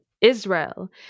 Israel